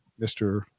Mr